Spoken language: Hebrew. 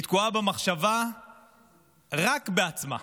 היא תקועה במחשבה רק על עצמה.